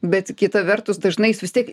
bet kita vertus dažnai jis vis tiek